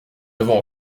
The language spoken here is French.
avons